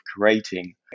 creating